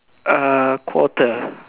uh quarter